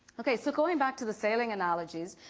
okay. so going back to the sailing analogies.